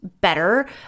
better